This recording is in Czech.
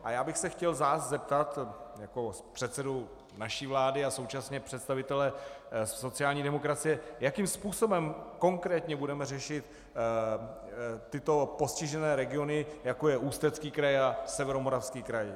A já bych se chtěl vás zeptat jako předsedy naší vlády a současně představitele sociální demokracie, jakým způsobem konkrétně budeme řešit tyto postižené regiony, jako je Ústecký kraj a Severomoravský kraj.